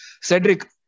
Cedric